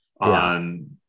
on